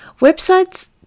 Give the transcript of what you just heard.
Websites